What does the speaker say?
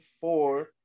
four